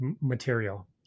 material